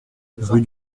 rue